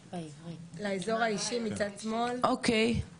ואז יש לנו (שפות) עברית,